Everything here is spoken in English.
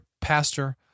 pastor